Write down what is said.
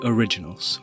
Originals